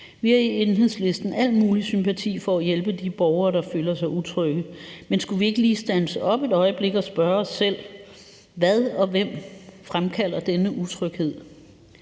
Vi har i Enhedslisten al mulig sympati over for at hjælpe de borgere, der føler sig utrygge, men skulle vi ikke lige standse op et øjeblik og spørge os selv, hvad og hvem der fremkalder denne utryghed?